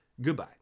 Goodbye